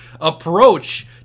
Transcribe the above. approach